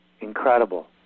incredible